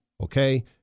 Okay